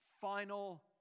final